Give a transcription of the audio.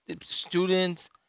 students